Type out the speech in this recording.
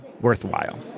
worthwhile